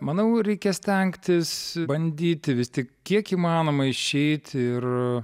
manau reikia stengtis bandyti vis tik kiek įmanoma išeiti ir